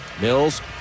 Mills